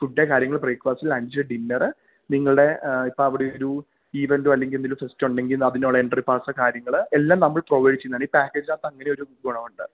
food കാര്യങ്ങൾ breakfast lunch dinner നിങ്ങളുടെ ഇപ്പോള് അവിടെ ഒരു ഇവെൻറ്റോ അല്ലെങ്കില് എന്തെങ്കിലും ഫെസ്റ്റൊ ഉണ്ടെങ്കിൽ അതിനുള്ള എൻട്രി പാസ് കാര്യങ്ങളെല്ലാം നമ്മൾ പ്രൊവൈഡ് ചെയ്യുന്നുണ്ട് ഈ പാക്കേജിനകത്ത് അങ്ങനെയൊരു ഗുണമുണ്ട്